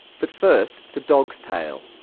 but first the dog's tale.